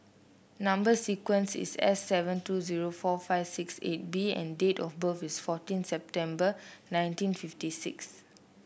number sequence is S seven two zero four five six eight B and date of birth is fourteen September nineteen fifty six